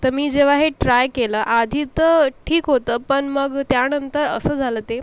तर मी जेव्हा हे ट्राय केलं आधी तर ठीक होतं पण मग त्यानंतर असं झालं ते